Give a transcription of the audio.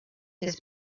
his